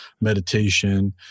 meditation